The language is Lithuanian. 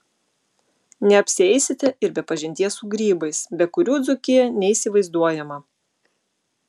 neapsieisite ir be pažinties su grybais be kurių dzūkija neįsivaizduojama